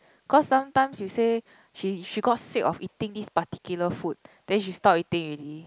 cause sometimes you say she she got sick of eating this particular food then she stop eating already